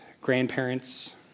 grandparents